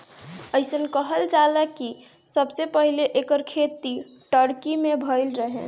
अइसन कहल जाला कि सबसे पहिले एकर खेती टर्की में भइल रहे